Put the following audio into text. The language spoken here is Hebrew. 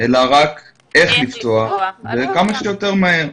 אלא רק איך לפתוח וכמה שיותר מהר.